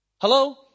Hello